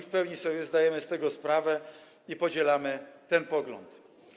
W pełni sobie zdajemy z tego sprawę i podzielamy ten pogląd.